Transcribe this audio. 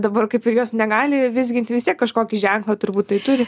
dabar kaip ir jos negali vizginti vis tiek kažkokį ženklą turbūt tai turi